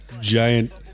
giant